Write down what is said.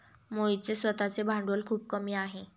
मोहितचे स्वतःचे भांडवल खूप कमी आहे